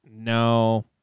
No